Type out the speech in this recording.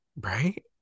right